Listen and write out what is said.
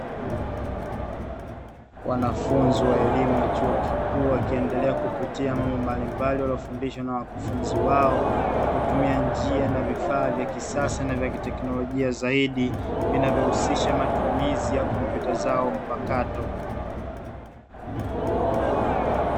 Wanafunzi wa elimu ya chuo kikuu, wakiendelea kupitia mambo mbalimbali wanayofundishwa na wakufunzi wao kwa kutumia njia na vifaa vya kisasa na vya kiteknolojia zaidi vinavyohusisha matumizi ya kompyuta zao mpakato.